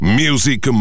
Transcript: music